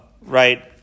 right